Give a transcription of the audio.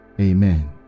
amen